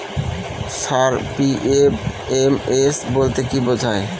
Sir PFMS বলতে কি বোঝায়?